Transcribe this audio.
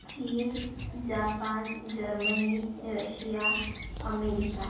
चीन Japan Germany Russia America